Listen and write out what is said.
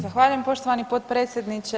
Zahvaljujem poštovani potpredsjedniče.